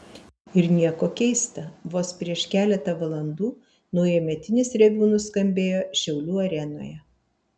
ir nieko keista vos prieš keletą valandų naujametinis reviu nuskambėjo šiaulių arenoje